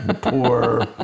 Poor